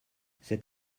cet